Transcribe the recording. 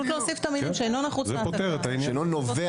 'שאינו נובע